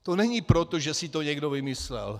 To není proto, že si to někdo vymyslel.